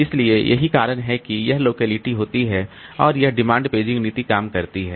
इसलिए यही कारण है कि यह लोकलिटी होती है और यह डिमांड पेजिंग नीति काम करती है